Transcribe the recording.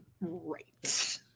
right